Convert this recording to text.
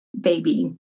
baby